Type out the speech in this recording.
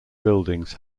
buildings